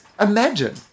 imagine